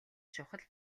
чухал